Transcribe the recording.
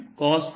r R